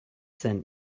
sent